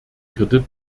kredit